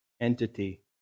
entity